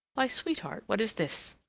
why, sweetheart, what is this?